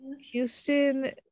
Houston